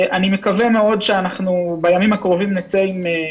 אני מקווה מאוד שאנחנו בימים הקרובים עם איזושהי הודעה.